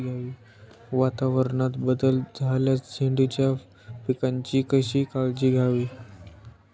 वातावरणात बदल झाल्यास झेंडूच्या पिकाची कशी काळजी घ्यावी?